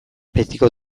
betiko